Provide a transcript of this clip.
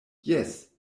jes